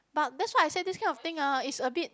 but that's why I say this kind of thing ah is a bit